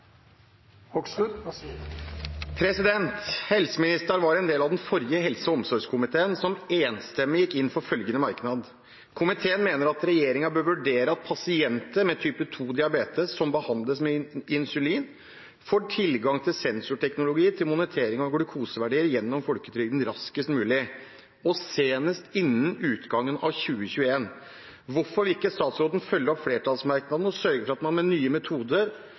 var en del av den forrige helse- og omsorgskomiteen, som enstemmig gikk inn for følgende merknad: «Komiteen mener at regjeringen bør vurdere at pasienter med type 2-diabetes som behandles med insulin, får tilgang til sensorteknologi til monitorering av glukoseverdier gjennom folketrygden raskest mulig, og senest innen utgang av 2021». Hvorfor vil ikke statsråden følge opp flertallsmerknaden og sørge for at man med nye metoder